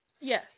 Yes